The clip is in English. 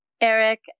Eric